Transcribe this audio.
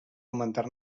augmentar